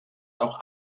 auch